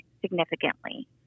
significantly